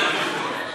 הצעה לסדר-היום.